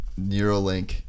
Neuralink